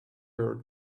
her